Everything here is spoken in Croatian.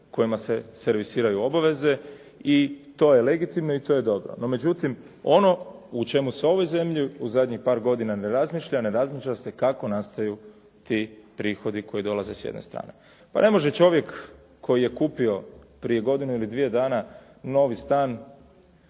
kojima se servisiraju obaveze i to je legitimno i to je dobro. No međutim, ono o čemu se u ovoj zemlji u zadnjih par godina ne razmišlja, ne razmišlja se kako nastaju ti prihodi koji dolaze s jedne strane. Pa ne može čovjek koji je kupio prije godinu ili dvije dana novi stan